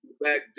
Back